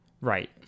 Right